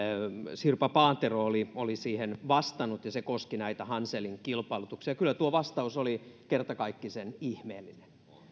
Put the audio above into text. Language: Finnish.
sirpa paatero oli oli siihen vastannut ja se koski näitä hanselin kilpailutuksia kyllä tuo vastaus oli kertakaikkisen ihmeellinen